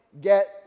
get